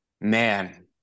man